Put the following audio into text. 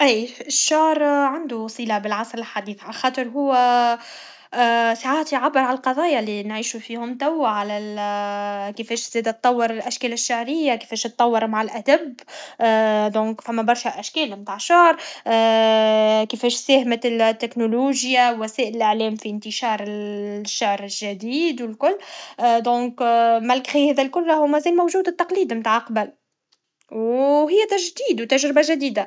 ايه الشعر عندو صله يالعصر الحديث عخاطر هو ساعات هو يعبر على القضايا لي نعيشوهم فيهم توا على كفاش زاده تطور الاشكال الشعريه كفاش طور مع الادب دونك ثم برشه اشكال نتاع شعر كفاش ساهمت التكنولوجيا ووسائل الاعلام في انتشار الشعر الجديد و الكل دونك مالغري هذا الكل راهو موجود التقليد تاع قبل و هي تجديد و تجربه جديده